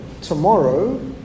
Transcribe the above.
tomorrow